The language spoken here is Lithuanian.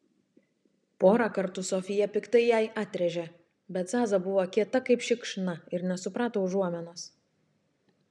porą kartų sofija piktai jai atrėžė bet zaza buvo kieta kaip šikšna ir nesuprato užuominos